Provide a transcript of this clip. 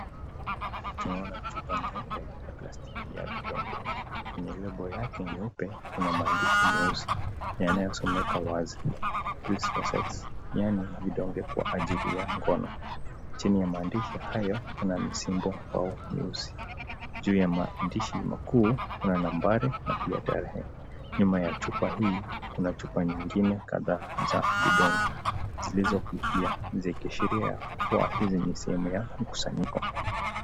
Tunaona chupa nyeupe ya plastiki ya vidonge kwenye yake nyeupe, kuna maandishi meusi yanayo someka wazi yani vidonge kwa ajili ya ngono, chini ya maandishi hayokuna misimbo mieusi juu ya maandishi makuu kuna nambari pia tarehe nyuma ya chupa hii kuna chupa nyigine kadha za vidonge zilizo fifia zikiashilia kuwa hii ni sehumu ya mukusanyiko